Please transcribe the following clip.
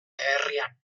herrian